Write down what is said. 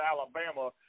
Alabama